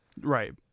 right